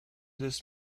this